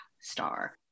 star